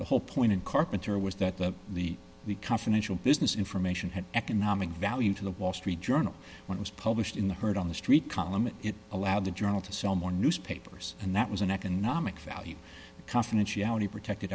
the whole point and carpenter was that the the confidential business information had economic value to the wall street journal what was published in the herd on the street column and it allowed the journal to sell more newspapers and that was an economic value confidentiality protected